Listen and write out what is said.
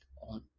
on